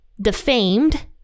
defamed